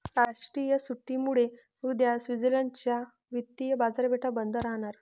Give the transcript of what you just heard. राष्ट्रीय सुट्टीमुळे उद्या स्वित्झर्लंड च्या वित्तीय बाजारपेठा बंद राहणार